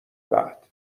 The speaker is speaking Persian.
بعد